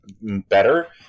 better